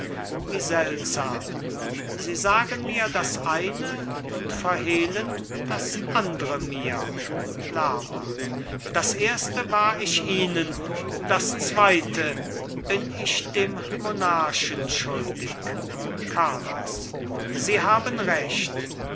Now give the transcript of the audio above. wie seltsam sie sagen mir das eine und verhehlen das andre mir lerma das erste war ich ihnen das zweite bin ich dem monarchen schuldig carlos sie haben recht